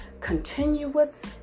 continuous